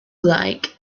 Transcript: like